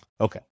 Okay